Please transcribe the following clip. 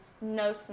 No